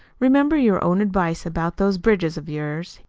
remember your own advice about those bridges of yours.